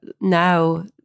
now